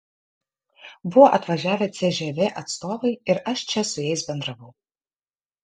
buvo atvažiavę cžv atstovai ir aš čia su jais bendravau